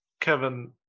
Kevin